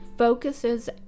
focuses